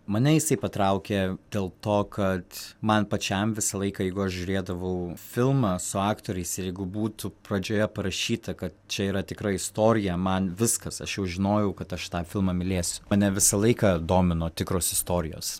mane jisai patraukė dėl to kad man pačiam visą laiką jeigu aš žiūrėdavau filmą su aktoriais ir jeigu būtų pradžioje parašyta kad čia yra tikra istorija man viskas aš jau žinojau kad aš tą filmą mylėsiu mane visą laiką domino tikros istorijos